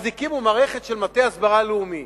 אז הקימו מערכת של מטה הסברה לאומי.